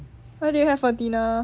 what did you have for dinner